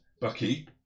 Bucky